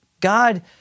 God